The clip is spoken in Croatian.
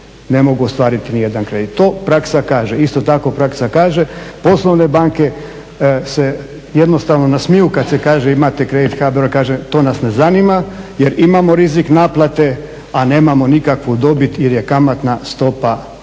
ne mogu ostvariti nijedan kredit. To praksa kaže. Isto tako praksa kaže poslovne banke se jednostavno nasmiju kada se kaže imate kredit HBOR-a, kaže to nas ne zanima jer imamo rizik naplate, a nemamo nikakvu dobit jer je kamatna stopa za njih